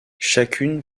chacune